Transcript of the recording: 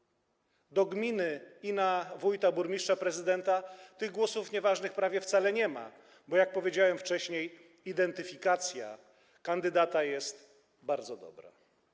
W wyborach do gminy i wójta, burmistrza, prezydenta tych głosów nieważnych prawie wcale nie ma, bo - jak powiedziałem wcześniej - identyfikacja kandydata jest bardzo dobra.